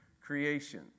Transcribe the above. creation